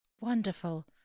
Wonderful